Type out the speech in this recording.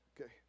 okay